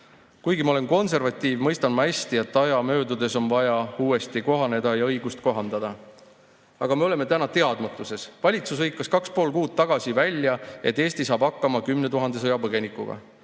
Kuigi ma olen konservatiiv, mõistan ma hästi, et aja möödudes on vaja uuesti kohaneda ja õigust kohandada. Aga me oleme täna teadmatuses. Valitsus hõikas kaks ja pool kuud tagasi välja, et Eesti saab hakkama 10 000 sõjapõgenikuga.